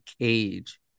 cage